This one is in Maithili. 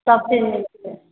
सब चीज मिलतै